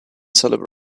celebrate